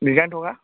design থকা